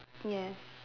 yes